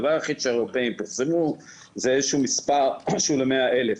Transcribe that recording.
הדבר היחיד שהאירופאים פרסמו זה איזה שהוא מספר של ה-100,000.